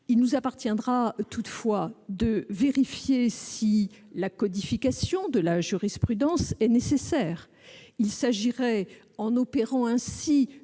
Il nous appartiendra toutefois de vérifier si la codification de la jurisprudence est nécessaire. Il s'agirait, en opérant ainsi